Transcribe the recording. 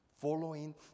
following